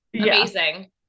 Amazing